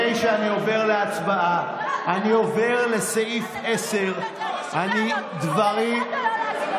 אני עובר לסעיף 10 זה לא נכון,